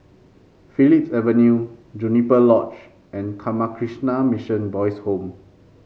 Phillips Avenue Juniper Lodge and Ramakrishna Mission Boys' Home